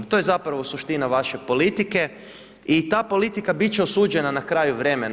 To je zapravo suština vaše politike i ta politika bit će osuđena na kraju vremena.